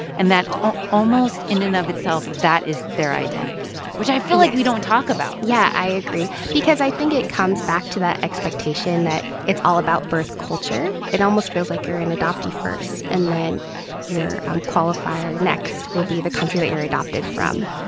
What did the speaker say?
and that almost in and of itself, that is their identity which i feel like we don't talk about yeah. i agree. because i think it comes back to that expectation that it's all about birth culture. it almost feels like you're an adoptee first, and then your um qualifier next will be the country that you're adopted from.